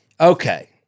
Okay